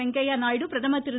வெங்கைய்யா நாயுடு பிரதமர் திரு